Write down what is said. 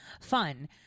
fun